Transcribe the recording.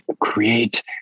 create